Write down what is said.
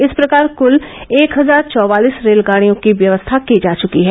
इस प्रकार कल एक हजार चौवालीस रेलगाडियों की व्यवस्था की जा चुकी है